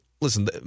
listen